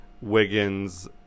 Wiggins